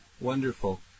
Wonderful